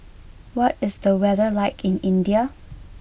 what is the weather like in India